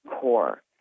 core